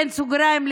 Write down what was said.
בין סוגריים,